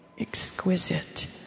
Exquisite